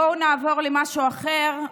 בואו נעבור למשהו אחר,